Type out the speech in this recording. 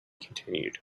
continued